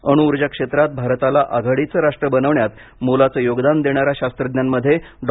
अणुउर्जा क्षेत्रात भारताला आघाडीचे राष्ट्र बनवण्यात मोलाचे योगदान देणाऱ्या शास्त्रज्ञांमध्ये डॉ